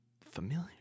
Familiar